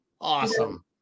Awesome